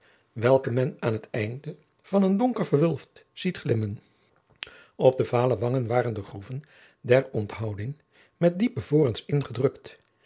welke men aan het einde van een donker verwulft ziet glimmen op de vale wangen waren de groeven der onthouding met diepe vorens ingedrukt